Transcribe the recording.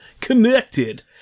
Connected